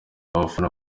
abafana